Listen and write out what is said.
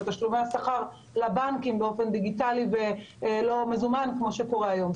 תשלומי השכר לבנקים באופן דיגיטלי ולא במזומן כמו שקורה היום.